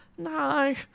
No